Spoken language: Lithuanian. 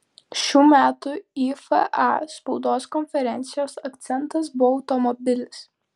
šių metų ifa spaudos konferencijos akcentas buvo automobilis